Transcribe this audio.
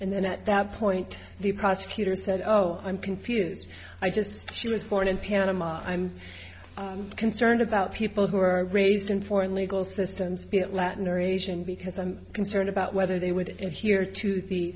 and then at that point the prosecutor said oh i'm confused i just she was born in panama i'm concerned about people who are raised in foreign legal systems be at latin or asian because i'm concerned about whether they would and here to the